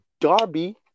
Darby